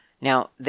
Now